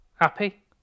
Happy